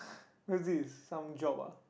what's this some job ah